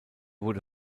wurde